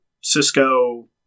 Cisco